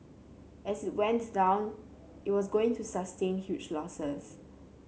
as it went down it was going to sustain huge losses